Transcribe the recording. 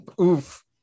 Oof